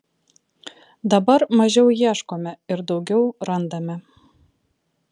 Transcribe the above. dabar mažiau ieškome ir daugiau randame